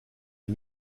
les